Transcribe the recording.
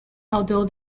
although